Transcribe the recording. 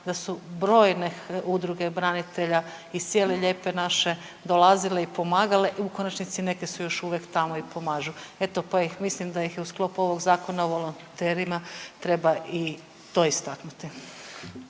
da su brojne udruge branitelja iz cijele lijepe naše dolazile i pomagale i u konačnici neke su još uvijek tamo i pomažu. Eto, pa ih mislim da je ih u sklopu ovog Zakona o volonterima treba i to istaknuti.